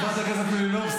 חברת הכנסת מלינובסקי.